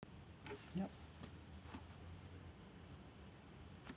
yup